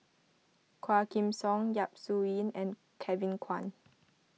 Quah Kim Song Yap Su Yin and Kevin Kwan